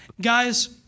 guys